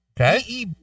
Okay